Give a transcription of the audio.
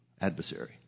adversary